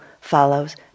follows